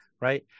right